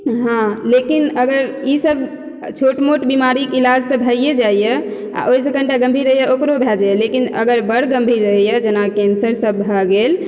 हँ लेकिन अगर इसब छोट मोट बिमारीके इलाज तऽ भैये जाइया आ ओहिसँ कनिटा गम्भीर रहैया ओकरो भए जाइया लेकिन अगर बढ़ गम्भीर रहैया जेना कैंसर सब भऽ गेल